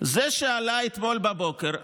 זה שעלה אתמול בבוקר,